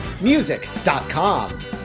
music.com